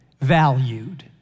valued